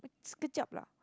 sekejap lah